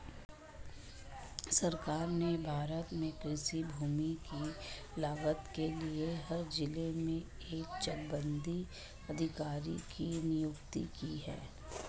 सरकार ने भारत में कृषि भूमि की लागत के लिए हर जिले में एक चकबंदी अधिकारी की नियुक्ति की है